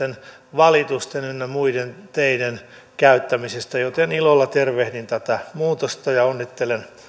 valitusten ynnä muiden teiden käyttämisestä johtuen joten ilolla tervehdin tätä muutosta ja onnittelen